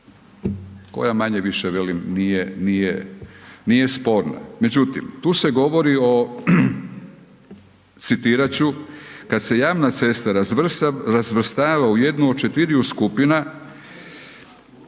koja manje-više velim nije sporna. Međutim, tu se govori citirat ću „Kada se javna cesta razvrstava u jednu od četiriju skupina